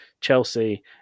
Chelsea